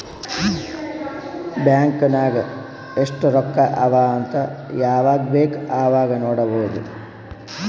bank ನಾಗ್ ಎಸ್ಟ್ ರೊಕ್ಕಾ ಅವಾ ಅಂತ್ ಯವಾಗ ಬೇಕ್ ಅವಾಗ ನೋಡಬೋದ್